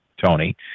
Tony